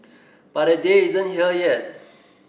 but that day isn't here yet